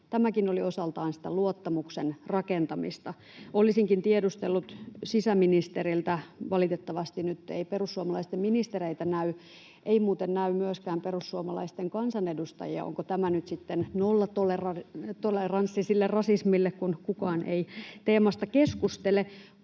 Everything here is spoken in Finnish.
Tämäkin oli osaltaan sitä luottamuksen rakentamista. Olisinkin tiedustellut sisäministeriltä... Valitettavasti nyt ei perussuomalaisten ministereitä näy, ei muuten näy myöskään perussuomalaisten kansanedustajia. Onko tämä nyt sitten nollatoleranssi sille rasismille, kun kukaan ei teemasta keskustele?